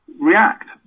react